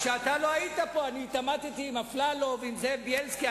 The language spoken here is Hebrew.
כשאתה לא היית פה אני התעמתתי עם אפללו ועם זאב בילסקי.